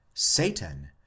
satan